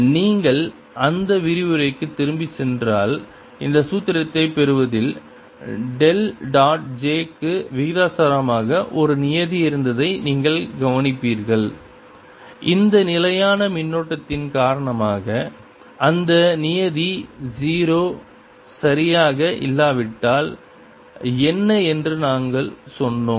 நீங்கள் அந்த விரிவுரைக்கு திரும்பிச் சென்றால் இந்த சூத்திரத்தைப் பெறுவதில் டெல் டாட் j க்கு விகிதாசாரமாக ஒரு நியதி இருந்ததை நீங்கள் கவனிப்பீர்கள் இந்த நிலையான மின்னோட்டத்தின் காரணமாக அந்த நியதி 0 சரியாக இல்லாவிட்டால் என்ன என்று நாங்கள் சொன்னோம்